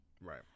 Right